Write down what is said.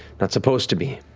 not supposed to be.